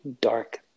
dark